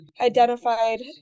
identified